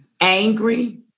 Angry